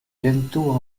linteaux